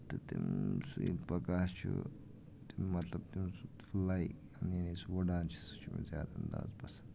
تہٕ سُہ ییٚلہِ پَکان چھُ مطلب تٔمۍ سُند سُہ لایک ییٚلہِ سُہ وُڈان چھُ سُہ چھُ مےٚ زیادٕ اَندازٕ پسنٛد